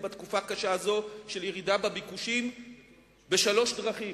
בתקופה הקשה הזאת של ירידה בביקושים בשלוש דרכים,